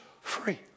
free